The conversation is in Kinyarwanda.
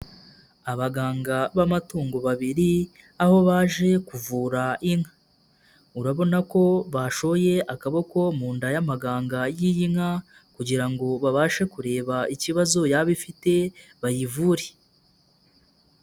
abaganga b'amatungo babiri aho baje kuvura inka, urabona ko bashoye akaboko mu nda y'amaganga y'iyi nka kugira ngo babashe kureba ikibazo yaba ifite bayivure.